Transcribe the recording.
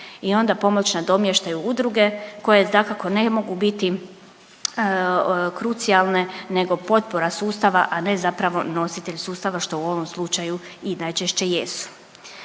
i onda pomoć nadomještaju udruge koje dakako ne mogu biti krucijalne nego potpora sustava, a ne zapravo nositelj sustava što u ovom slučaju i najčešće jesu.